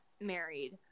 married